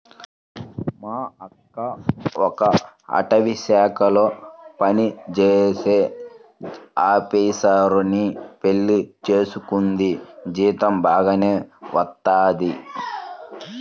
మా అక్క ఒక అటవీశాఖలో పనిజేసే ఆపీసరుని పెళ్లి చేసుకుంది, జీతం బాగానే వత్తది